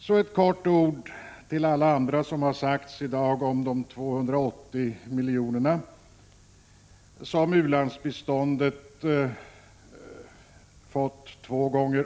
Så några ord — utöver alla de andra som i dag har yttrats härom — om de 280 miljonerna som u-landsbeståndet har fått två gånger.